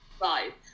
Right